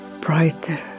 brighter